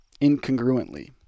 incongruently